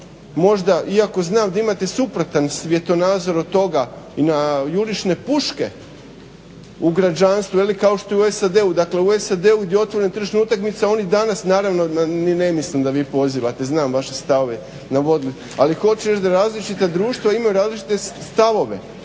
možda, iako znam da imate suprotan svjetonazor od toga, na jurišne puške u građanstvu ili kao što je u SAD-u, dakle u SAD-u gdje je otvorena tržišna utakmica oni danas naravno ne mislim da vi pozivate, znam vaše stavove, ali hoću reći da različita društva imaju različite stavove